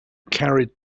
carried